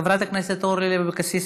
חברת הכנסת אורלי לוי אבקסיס,